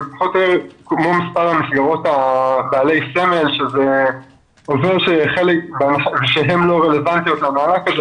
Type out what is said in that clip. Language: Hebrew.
זה לפחות כמו מספר המסגרות בעלי סמל שהן לא רלוונטיות למענק הזה,